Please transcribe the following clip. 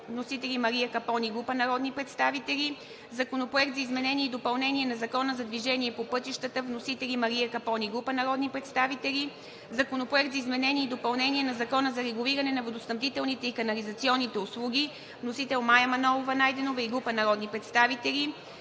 Вносители – Мария Капон и група народни представители. Законопроект за изменение и допълнение на Закона за движение по пътищата. Вносители – Мария Капон и група народни представители. Законопроект за изменение и допълнение на Закона за регулиране на водоснабдителните и канализационните услуги. Вносители – Мая Манолова и група народни представители.